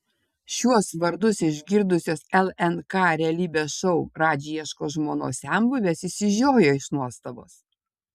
šiuos vardus išgirdusios lnk realybės šou radži ieško žmonos senbuvės išsižiojo iš nuostabos